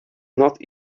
not